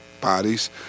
bodies